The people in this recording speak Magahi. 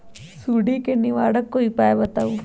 सुडी से निवारक कोई उपाय बताऊँ?